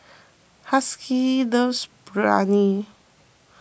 Haskell loves Biryani